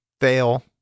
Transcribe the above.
fail